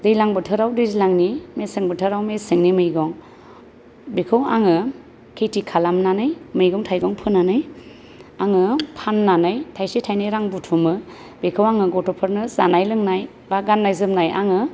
दैलां बोथोराव दैज्लांनि मेसें बोथोराव मेसेंनि मैगं बेखौ आङो खेति खालामनानै मैगं थायगं फोनानै आङो फाननानै थायसे थायनै रां बुथुमो बेखौ आङो गथ'फोरनो जानाय लोंनाय बा गाननाय जोमनाय आङो